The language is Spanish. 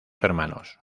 hermanos